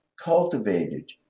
cultivated